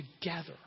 together